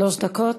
שלוש דקות.